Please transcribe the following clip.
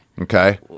Okay